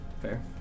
Fair